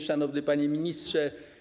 Szanowny Panie Ministrze!